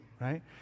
right